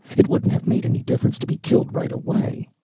it wouldn't have made any difference to be killed right away.